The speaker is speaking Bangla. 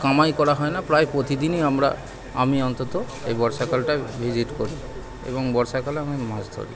কামাই করা হয় না প্রায় প্রতিদিনই আমরা আমি অন্তত এই বর্ষাকালটায় ভিজিট করি এবং বর্ষাকালে আমি মাছ ধরি